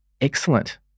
Excellent